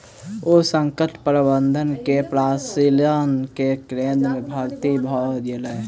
ओ संकट प्रबंधन के प्रशिक्षण केंद्र में भर्ती भ गेला